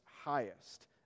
highest